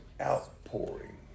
outpouring